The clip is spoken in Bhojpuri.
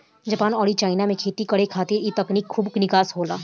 जपान अउरी चाइना में खेती खातिर ए तकनीक से खूब विकास होला